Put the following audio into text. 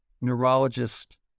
neurologist